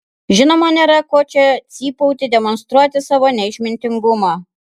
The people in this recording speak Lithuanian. žinoma nėra ko čia cypauti demonstruoti savo neišmintingumą